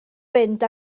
fynd